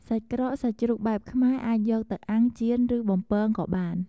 សាច់ក្រកសាច់ជ្រូកបែបខ្មែរអាចយកទៅ អាំង ចៀន ឬបំពង ក៏បាន។